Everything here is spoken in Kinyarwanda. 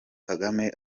kagame